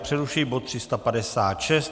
Přerušuji bod 356.